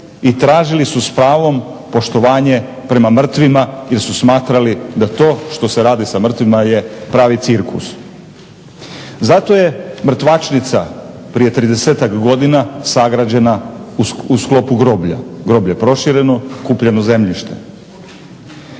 i tražili su s pravom poštovanje prema mrtvima jer su smatrali da to što se radi sa mrtvima je pravi cirkus. Zato je mrtvačnica prije tridesetak godina sagrađena u sklopu groblja. Groblje je prošireno kupljeno zemljište.